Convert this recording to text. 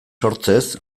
sortzez